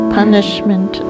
punishment